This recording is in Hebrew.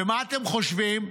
מה אתם חושבים,